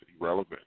irrelevant